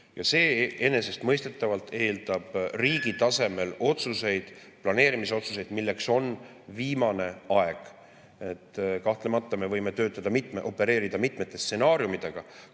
Ja see enesestmõistetavalt eeldab riigi tasemel planeerimisotsuseid, milleks on viimane aeg. Kahtlemata me võime opereerida mitmete stsenaariumidega,